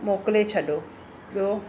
मोकिले छॾियो ॿियो